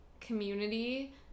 community